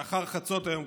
לאחר חצות היום,